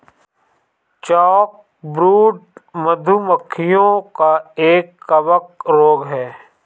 chalkbrood, मधु मक्खियों का एक कवक रोग है